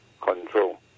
control